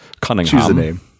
cunningham